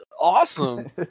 awesome